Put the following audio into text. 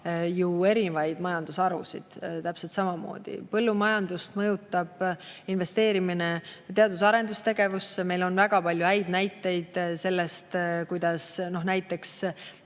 muid majandusharusid täpselt samamoodi. Põllumajandust mõjutab investeerimine teadus- ja arendustegevusse. Meil on väga palju häid näiteid sellest, kuidas näiteks